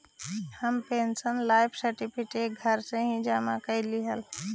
हम pensioner life certificate घर से ही जमा करवइलिअइ हल